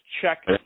check